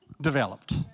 developed